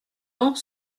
ans